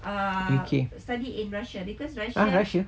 U_K !huh! russia